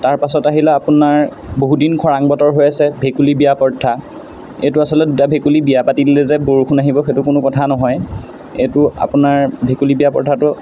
তাৰপাছত আহিলে আপোনাৰ বহুদিন খৰাং বতৰ হৈ আছে ভেকুলী বিয়া প্ৰথা এইটো আচলতে দুটা ভেকুলী বিয়া পাতি দিলে যে বৰষুণ আহিব সেইটো কোনো কথা নহয় এইটো আপোনাৰ ভেকুলী বিয়া প্ৰথাটো